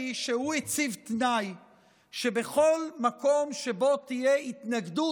שהוא הציב תנאי שבכל מקום שבו תהיה התנגדות,